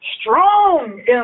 strong